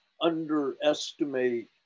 underestimate